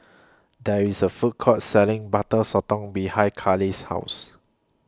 There IS A Food Court Selling Butter Sotong behind Kale's House